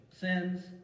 sins